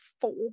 four